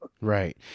Right